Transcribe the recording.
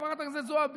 חברת הכנסת זועבי.